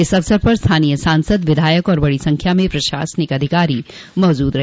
इस अवसर पर स्थानीय सांसद विधायक और बड़ी संख्या में प्रशासनिक अधिकारी मौजूद रहे